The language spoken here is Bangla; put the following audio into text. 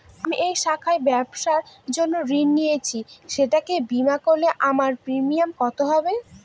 আমি এই শাখায় ব্যবসার জন্য ঋণ নিয়েছি সেটাকে বিমা করলে আমার প্রিমিয়াম কত হবে?